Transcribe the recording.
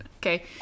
okay